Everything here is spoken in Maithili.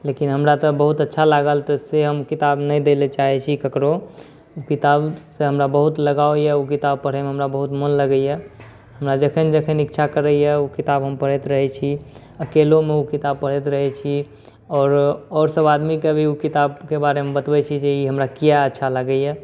लेकिन हमरा तऽ बहुत अच्छा लागल तऽ से हम किताब नहि दैलए चाहै छी ककरो ओहि किताबसँ हमरा बहुत लगाव अइ ओ किताब पढ़ैमे हमरा बहुत मोन लागैए हमरा जखन जखन इच्छा करैए ओ किताब हम पढ़ैत रहै छी अकेलोमे ओ किताब पढ़ैत रहै छी आओर आओर सब आदमीके भी ओ किताबके बारेमे बतबै छी जे ई हमरा किएक अच्छा लागैए